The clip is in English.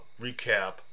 recap